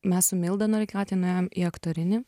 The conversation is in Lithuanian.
mes su milda noreikaite nuėjom į aktorinį